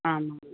ஆமாங்க